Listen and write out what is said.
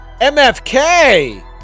MFK